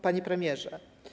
Panie Premierze!